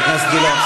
חבר הכנסת גילאון.